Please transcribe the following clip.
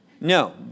No